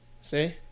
See